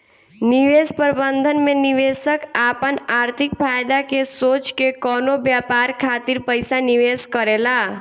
निवेश प्रबंधन में निवेशक आपन आर्थिक फायदा के सोच के कवनो व्यापार खातिर पइसा निवेश करेला